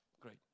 great